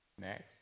next